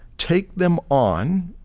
take them on,